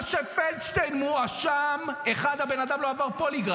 מה שפלדשטיין מואשם בו: 1. הבן אדם לא עבר פוליגרף,